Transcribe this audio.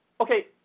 Okay